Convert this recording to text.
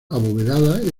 abovedada